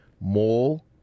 Mole